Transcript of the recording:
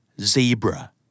zebra